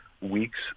weeks